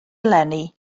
eleni